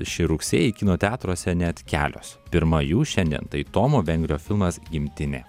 šį rugsėjį kino teatruose net kelios pirma jų šiandien tai tomo vengrio filmas gimtinė